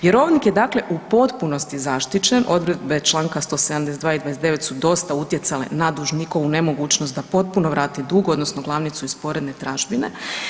Vjerovnik je dakle u potpunosti zaštićen, odredbe čl. 172. i 29. su dosta utjecale na dužnikovu nemogućnost da potpuno vrati dug odnosno glavnicu i sporedne tražbine.